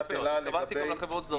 התכוונתי גם לחברות זרות.